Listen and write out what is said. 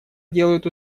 делают